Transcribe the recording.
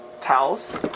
towels